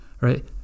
right